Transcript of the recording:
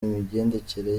imigendekere